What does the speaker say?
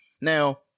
Now